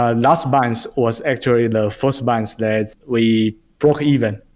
ah last month was actually and the first month that we broke even